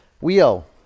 Wheel